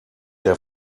der